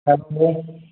hello